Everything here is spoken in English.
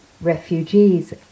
refugees